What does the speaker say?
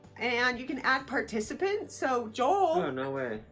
and you can add participants so joel. oh, no way